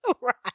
Right